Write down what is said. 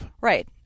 right